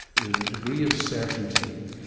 there's a degree of certainty.